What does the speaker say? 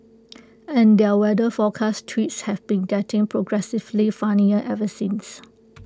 and their weather forecast tweets have been getting progressively funnier ever since